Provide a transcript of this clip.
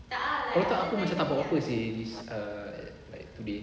kalau tak aku macam tak buat apa apa seh this err like today